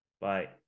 Bye